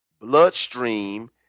bloodstream